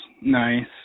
Nice